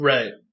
Right